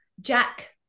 Jack